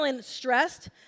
stressed